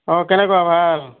অঁ কেনেকুৱা ভাল